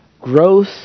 growth